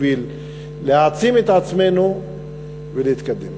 בשביל להעצים את עצמנו ולהתקדם.